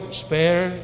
spare